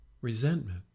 resentment